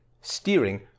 steering